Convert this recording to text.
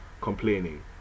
complaining